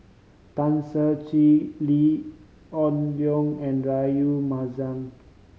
Tan Ser Cher Lee Hoon Leong and Rahayu Mahzam